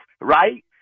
right